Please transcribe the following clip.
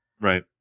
Right